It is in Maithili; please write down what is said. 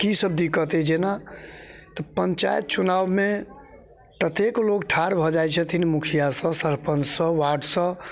की सब दिक्कत अइ जेना तऽ पञ्चायत चुनावमे ततेक लोक ठाढ़ भऽ जाइत छथिन मुखिआ सब सरपञ्च सब वार्ड सब